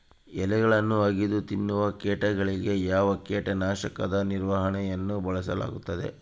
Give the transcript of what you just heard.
ಎಲೆಗಳನ್ನು ಅಗಿದು ತಿನ್ನುವ ಕೇಟಗಳಿಗೆ ಯಾವ ಕೇಟನಾಶಕದ ನಿರ್ವಹಣೆಯನ್ನು ಬಳಸಲಾಗುತ್ತದೆ?